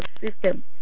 system